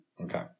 Okay